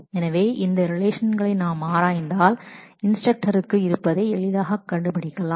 எனவே இந்த ரிலேஷனை நாம் ஆராய்ந்தால் இன்ஸ்டரக்டர்ருக்கு டிபார்ட்மெண்ட் பெயர் என்பது அட்ரிபியூட்டாக இருக்கும் என்பதை எளிதாகக் கண்டுபிடிக்கலாம்